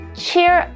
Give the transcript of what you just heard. cheer